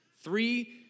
Three